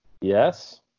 Yes